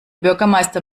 bürgermeister